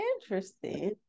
interesting